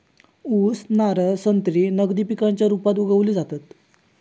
ऊस, नारळ, संत्री नगदी पिकांच्या रुपात उगवली जातत